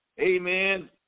amen